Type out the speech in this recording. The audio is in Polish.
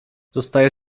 zostaje